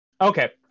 Okay